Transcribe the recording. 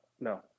No